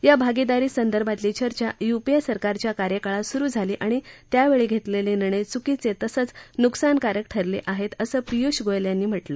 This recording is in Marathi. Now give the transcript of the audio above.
या भागिदारी संदर्भातली चर्चा युपीए सरकारच्या कार्यकाळात सुरु झाली आणि त्यावेळी घेतलेले निर्णय चुकीचे तसंच नुकसानकारक ठरले आहेत असं पियुष गोयल म्हणाले